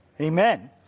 Amen